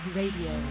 radio